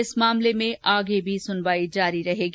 इस मामले में आगे भी सुनवाई जारी रहेगी